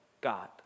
God